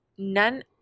None